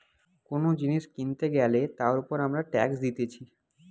কোন জিনিস কিনতে গ্যালে তার উপর আমরা ট্যাক্স দিতেছি